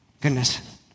Goodness